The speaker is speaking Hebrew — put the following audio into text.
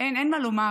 אין, אין מה לומר.